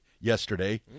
yesterday